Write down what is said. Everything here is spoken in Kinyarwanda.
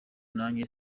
nanjye